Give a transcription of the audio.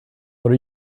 what